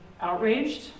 outraged